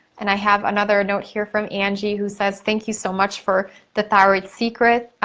and i have another note here from angie who says, thank you so much for the thyroid secret.